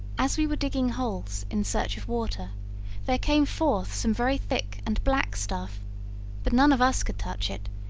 as we were digging holes in search of water there came forth some very thick and black stuff but none of us could touch it,